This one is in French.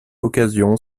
occasion